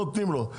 נותנים לו.